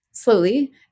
slowly